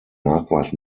nachweis